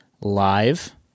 Live